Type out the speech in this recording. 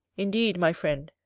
indeed, my friend,